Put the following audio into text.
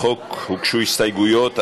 לחוק הוגשו הסתייגויות.